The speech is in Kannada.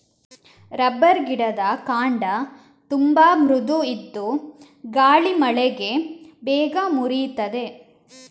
ರಬ್ಬರ್ ಗಿಡದ ಕಾಂಡ ತುಂಬಾ ಮೃದು ಇದ್ದು ಗಾಳಿ ಮಳೆಗೆ ಬೇಗ ಮುರೀತದೆ